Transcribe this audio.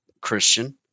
Christian